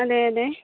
അതെയതെ